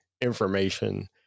information